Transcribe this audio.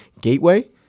gateway